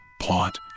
plot